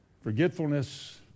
forgetfulness